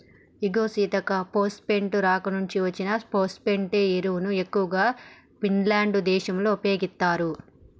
ఇగో సీతక్క పోస్ఫేటే రాక్ నుంచి అచ్చిన ఫోస్పటే ఎరువును ఎక్కువగా ఫిన్లాండ్ దేశంలో ఉపయోగిత్తారు